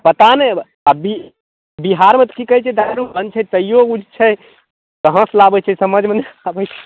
पता नहि बी बिहारमे तऽ कि कहै छै दारू बन्द छै तइयो पिबै छै कहाँ सँ लाबै छै समझमे नहि आबै